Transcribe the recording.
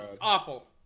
awful